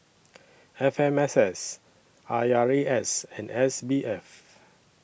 F M S S I R A S and S B F